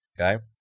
Okay